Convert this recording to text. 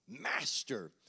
Master